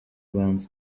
rwanda